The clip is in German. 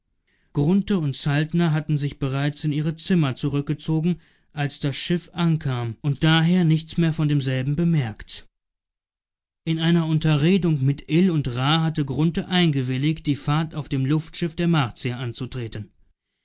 grunthe und saltner hatten sich bereits in ihre zimmer zurückgezogen als das schiff ankam und daher nichts mehr von demselben bemerkt in einer unterredung mit ill und ra hatte grunthe eingewilligt die fahrt auf dem luftschiff der martier anzutreten